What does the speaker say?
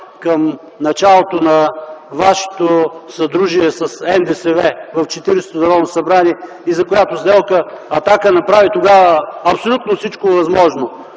към началото на вашето съдружие с НДСВ в Четиридесетото Народно събрание и за която сделка „Атака” направи тогава абсолютно всичко възможно.